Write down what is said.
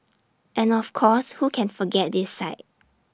and of course who can forget this sight